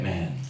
Man